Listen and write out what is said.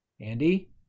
Andy